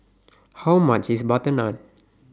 How much IS Butter Naan